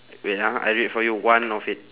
wait ah I read for you one of it